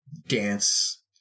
dance